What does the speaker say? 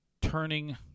turning